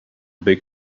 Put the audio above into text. big